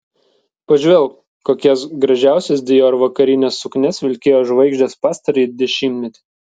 pažvelk kokias gražiausias dior vakarines suknias vilkėjo žvaigždės pastarąjį dešimtmetį